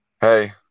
Hey